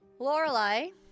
Lorelai